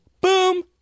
boom